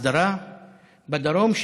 הסדרה בדרום,